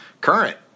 current